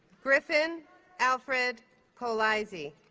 griffin alfred colaizzi